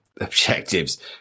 Objectives